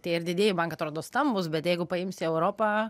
tie ir didieji bankai atrodo stambūs bet jeigu paimsi europą